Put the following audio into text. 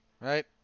right